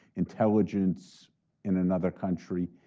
intelligence in another country.